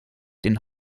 den